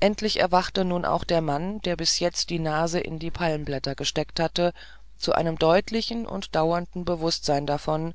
endlich erwachte nun auch der mann der bis jetzt die nase in die palmblätter gesteckt hatte zu einem deutlichen und dauernden bewußtsein davon